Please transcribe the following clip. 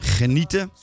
genieten